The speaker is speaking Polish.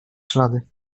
ślady